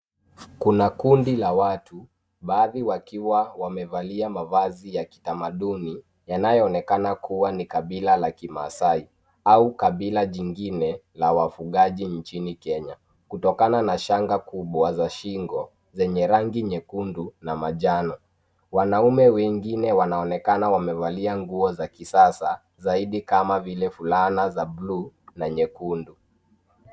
Kuna kundi la watu, baadhi wakiwa wamevalia mavazi ya kitamaduni yanayoonekana kuwa ni kabila la Kimaasai au kabila jingine la wafugaji nchini Kenya kutokana na shanga kubwa za shingo zenye rangi nyekundu na manjano. Wanaume wengine wanaonekana wamevalia nguo za kisasa zaidi kama vile fulana za buluu na nyekundu.